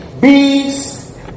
Peace